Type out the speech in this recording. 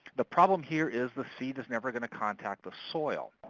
the problem here is the seed is never going to contact the soil.